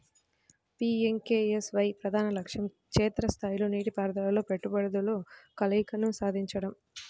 PMKSY ప్రధాన లక్ష్యం క్షేత్ర స్థాయిలో నీటిపారుదలలో పెట్టుబడుల కలయికను సాధించడం